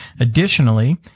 Additionally